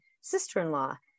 sister-in-law